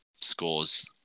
scores